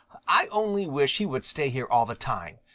i only wish he would stay here all the time.